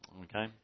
okay